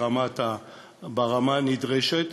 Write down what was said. ברמה הנדרשת.